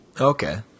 Okay